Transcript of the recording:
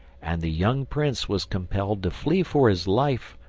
and the young prince was compelled to flee for his life,